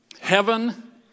heaven